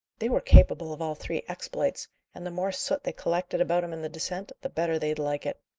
they were capable of all three exploits and the more soot they collected about em in the descent, the better they'd like it.